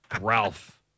Ralph